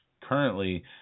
currently